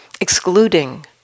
Excluding